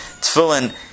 Tefillin